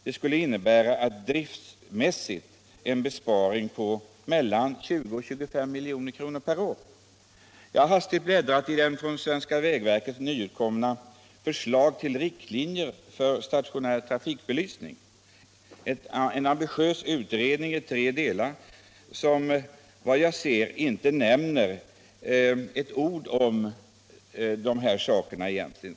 Det skulle driftmässigt innebära en besparing på mellan 20 och 25 milj.kr. per år, om man gick över till innerbelysta vägmärken. Jag har hastigt bläddrat i den från vägverket nyutkomna Förslag till riktlinjer för stationär trafikbelysning — en ambitiös utredning i tre delar, som, vad jag kan se, inte nämner ett ord om dessa saker.